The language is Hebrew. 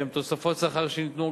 שבהן תוספות שכר שניתנו,